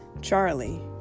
Charlie